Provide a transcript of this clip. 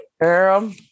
girl